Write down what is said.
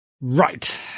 Right